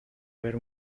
ver